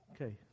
Okay